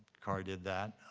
carr did that.